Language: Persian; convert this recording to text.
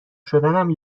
شدنم